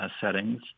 settings